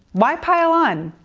why pile on?